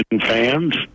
fans